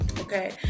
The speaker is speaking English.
Okay